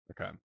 Okay